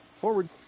Forward